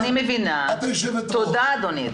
תודה אדוני,